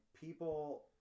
people